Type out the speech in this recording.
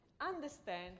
understand